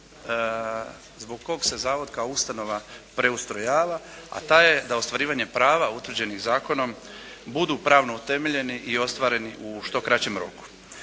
zbog kojeg se zavod kao ustanova preustrojava a taj je da ostvarivanje prava utvrđenih zakonom budu pravno utemeljeni i ostvareni u što kraćem roku.